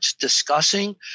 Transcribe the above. discussing